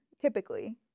typically